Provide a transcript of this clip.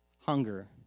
hunger